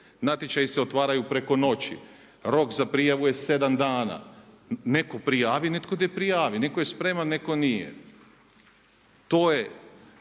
Natječaji se otvaraju preko noći, rok za prijavu je 7 dana, netko prijavi, netko ne prijavi. Netko je spreman, netko nije.